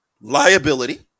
liability